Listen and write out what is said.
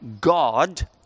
God